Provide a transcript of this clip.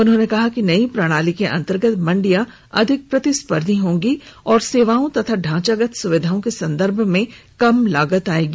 उन्होंने कहा कि नई प्रणाली के अंतर्गत मंडियां अधिक प्रतिस्पर्धी होंगी और सेवाओं तथा ढांचागत सुविधाओं के संदर्भ में कम लागत आएगी